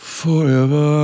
forever